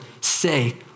say